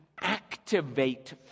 activate